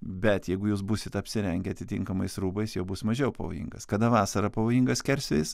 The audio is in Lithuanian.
bet jeigu jūs būsit apsirengę atitinkamais rūbais jau bus mažiau pavojingas kada vasarą pavojingas skersvėjis